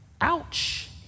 Ouch